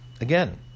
again